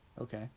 Okay